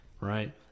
right